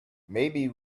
maybe